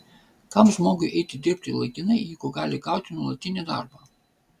kam žmogui eiti dirbti laikinai jeigu gali gauti nuolatinį darbą